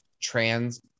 trans